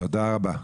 תודה רבה.